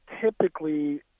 typically